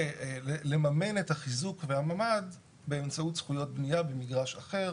ולממן את החיזוק ואת הממ"ד באמצעות זכויות בנייה במגרש אחר.